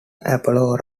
apollo